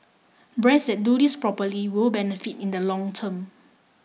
brands that do this properly will benefit in the long term